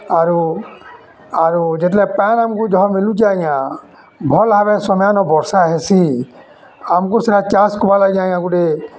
ଆରୁ ଆରୁ ଯେତେବେଲେ ପାଏନ୍ ଆମକୁ ଜହ ମିଲୁଛେ ଆଜ୍ଞା ଭଲ୍ ଭାବେ ସମୟାନ ବର୍ଷା ହେସି ଆମକୁ ସେଟା ଚାଷ୍ କବାର୍ ଲାଗି ଆଜ୍ଞା ଗୁଟେ